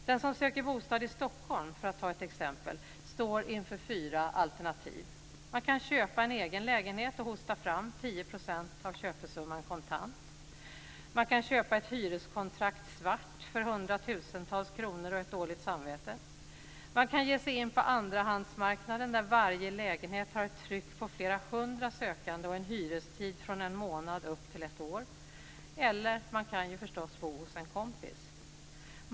Den som söker bostad i Stockholm, för att ta ett exempel, står inför fyra alternativ: Man kan köpa en egen lägenhet och hosta fram 10 % av köpesumman kontant. Man kan köpa ett hyreskontrakt svart för hundratusentals kronor och med ett dåligt samvete. Man kan ge sig in på andrahandsmarknaden där varje lägenhet har ett tryck på flera hundra sökande och en hyrestid från en månad upp till ett år. Eller så kan man ju förstås bo hos en kompis.